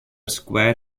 square